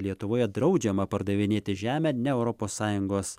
lietuvoje draudžiama pardavinėti žemę ne europos sąjungos